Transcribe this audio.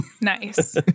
nice